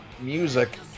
music